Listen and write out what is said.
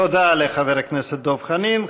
תודה לחבר הכנסת דב חנין.